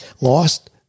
lost